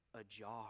ajar